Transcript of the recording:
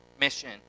mission